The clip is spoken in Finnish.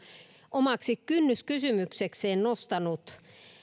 omaksi kynnyskysymyksekseen nostanut